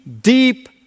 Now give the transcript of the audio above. deep